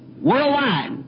worldwide